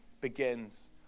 begins